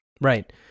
right